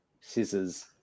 scissors